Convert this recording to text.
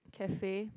cafe